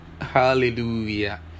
Hallelujah